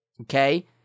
Okay